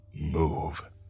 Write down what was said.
move